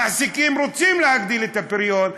המעסיקים רוצים להגדיל את הפריון,